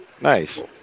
Nice